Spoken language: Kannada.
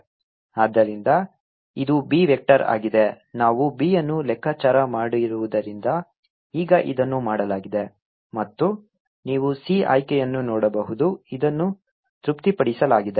Btotal 02πRC Q0e tRCs 02πRCQ0e tRC sa2 Btotal 0Q0e tRC2πRC 1s sa2 ಆದ್ದರಿಂದ ಇದು B ವೆಕ್ಟರ್ ಆಗಿದೆ ನಾವು B ಅನ್ನು ಲೆಕ್ಕಾಚಾರ ಮಾಡಿರುವುದರಿಂದ ಈಗ ಇದನ್ನು ಮಾಡಲಾಗಿದೆ ಮತ್ತು ನೀವು C ಆಯ್ಕೆಯನ್ನು ನೋಡಬಹುದು ಇದನ್ನು ತೃಪ್ತಿಪಡಿಸಲಾಗಿದೆ